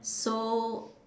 so